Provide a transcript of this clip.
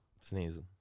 Sneezing